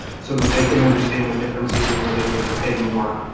so that they can understand the differences and whether they'd rather pay more,